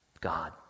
God